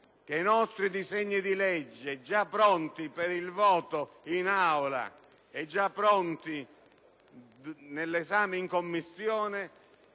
i nostri disegni di legge, già pronti per il voto in Aula a seguito dell'esame in Commissione,